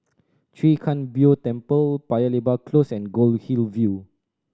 Chwee Kang Beo Temple Paya Lebar Close and Goldhill View